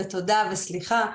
בתודה וסליחה,